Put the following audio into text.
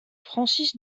francis